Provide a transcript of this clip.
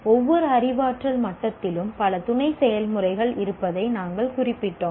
ஒவ்வொரு அறிவாற்றல் மட்டத்திலும் பல துணை செயல்முறைகள் இருப்பதை நாங்கள் குறிப்பிட்டோம்